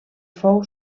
fou